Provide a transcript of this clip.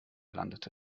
landete